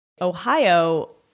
Ohio